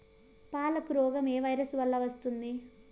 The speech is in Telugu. పాలకు రోగం ఏ వైరస్ వల్ల వస్తుంది?